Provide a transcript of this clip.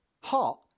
Hot